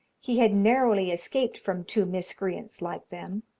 he had narrowly escaped from two miscreants like them.